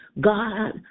God